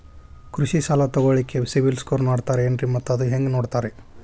ಕೃಷಿ ಸಾಲ ತಗೋಳಿಕ್ಕೆ ಸಿಬಿಲ್ ಸ್ಕೋರ್ ನೋಡ್ತಾರೆ ಏನ್ರಿ ಮತ್ತ ಅದು ಹೆಂಗೆ ನೋಡ್ತಾರೇ?